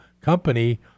company